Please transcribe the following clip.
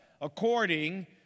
according